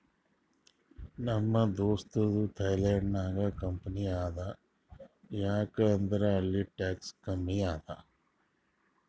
ನಮ್ ದೋಸ್ತದು ಥೈಲ್ಯಾಂಡ್ ನಾಗ್ ಕಂಪನಿ ಅದಾ ಯಾಕ್ ಅಂದುರ್ ಅಲ್ಲಿ ಟ್ಯಾಕ್ಸ್ ಕಮ್ಮಿ ಅದಾ